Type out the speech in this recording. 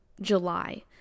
july